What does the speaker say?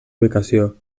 ubicació